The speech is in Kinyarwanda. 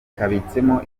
kabitsemo